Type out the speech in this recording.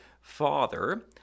father